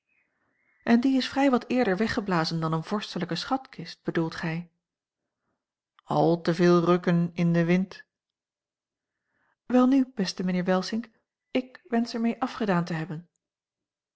en die is vrij wat eerder weggeblazen dan eene vorstelijke schatkist bedoelt gij al te veel rukken in den wind welnu beste mijnheer welsink ik wensch er mee afgedaan te hebben